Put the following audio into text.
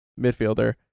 midfielder